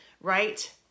right